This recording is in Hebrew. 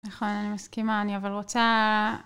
נכון, אני מסכימה, אני אבל רוצה...